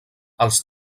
els